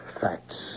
facts